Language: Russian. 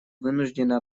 вынуждены